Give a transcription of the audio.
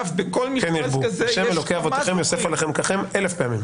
ה' אלוקי אבותיכם יוסף עליכם ככם אלף פעמים.